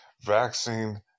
vaccine